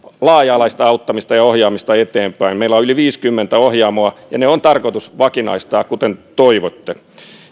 laaja alaista auttamista ja ohjaamista eteenpäin meillä on yli viisikymmentä ohjaamoa ja ne on tarkoitus vakinaistaa kuten toivotte